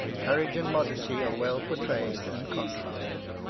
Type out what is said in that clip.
courage and modesty are well portrayed, and contrasted.